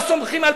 לא סומכים.